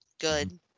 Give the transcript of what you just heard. Good